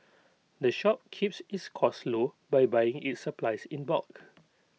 the shop keeps its costs low by buying its supplies in bulk